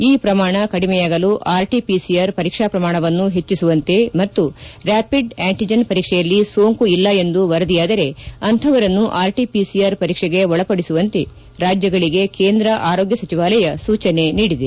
ಈ ಪ್ರಮಾಣ ಕಡಿಮೆಯಾಗಲು ಆರ್ಟಪಿಸಿಆರ್ ಪರೀಕ್ಷಾ ಪ್ರಮಾಣವನ್ನು ಹೆಚ್ಚಿಸುವಂತೆ ಮತ್ತು ರ್ಚಾಪಿಡ್ ಅಂಟಜನ್ ಪರೀಕ್ಷೆಯಲ್ಲಿ ಸೋಂಕು ಇಲ್ಲ ಎಂದು ವರದಿಯಾದರೆ ಅಂತಹವರನ್ನು ಆರ್ಟಪಿಸಿಆರ್ ಪರೀಕ್ಷೆಗೆ ಒಳಪಡಿಸುವಂತೆ ರಾಜ್ಯಗಳಿಗೆ ಕೇಂದ್ರ ಆರೋಗ್ಯ ಸಚಿವಾಲಯ ಸೂಚನೆ ನೀಡಿದೆ